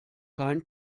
kein